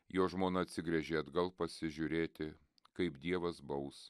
jo žmona atsigręžė atgal pasižiūrėti kaip dievas baus